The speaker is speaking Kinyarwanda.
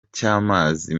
cy’amazi